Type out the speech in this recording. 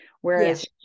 Whereas